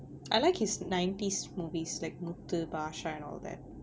I like his nineties movies like Muthu Basha basha and all that